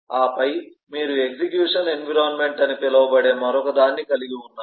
ఆపై మీరు execution environment అని పిలువబడే మరొకదాన్ని కలిగి ఉన్నారు